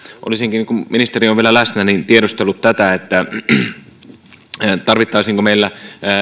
olisinkin kun ministeri on vielä läsnä tiedustellut tätä tarvittaisiinko meillä